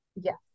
Yes